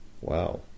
Wow